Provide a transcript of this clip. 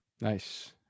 Nice